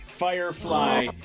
Firefly